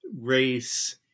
race